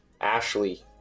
Ashley